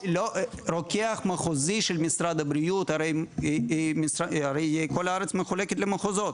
רוקח מחוזי של משרד הבריאות הרי כול הארץ מחולקת למחוזות,